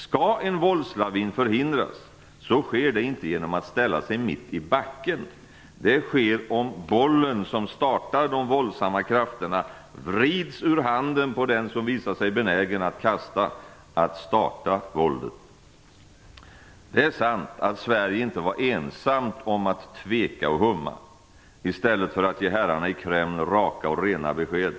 Skall en våldslavin förhindras, sker det inte genom att man ställer sig mitt i backen, det sker om bollen som startar de våldsamma krafterna vrids ur handen på den som visar sig benägen att kasta, att starta våldet. Det är sant att Sverige inte var ensamt om att tveka och humma i stället för att ge herrarna i Kreml raka och rena besked.